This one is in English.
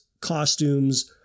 costumes